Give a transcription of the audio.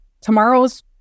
tomorrow's